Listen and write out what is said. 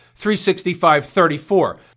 365.34